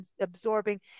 absorbing